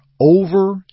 over